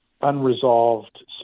unresolved